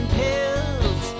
pills